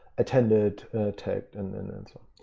attended tagged and then answer.